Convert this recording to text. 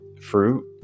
fruit